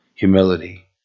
Humility